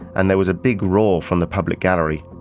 and there was a big roar from the public gallery.